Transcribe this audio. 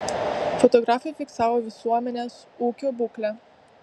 fotografai fiksavo visuomenės ūkio būklę